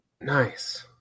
Nice